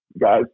Guys